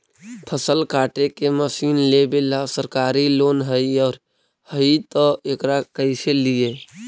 फसल काटे के मशीन लेबेला सरकारी लोन हई और हई त एकरा कैसे लियै?